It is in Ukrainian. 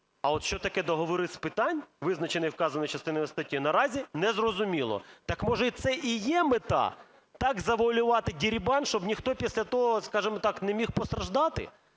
А от що таке договори з питань, визначених вказаною частиною статті, наразі незрозуміло. Так, може, це і є мета: так завуалювати дерибан, щоб ніхто після того, скажімо так, не міг постраждати?